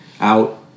out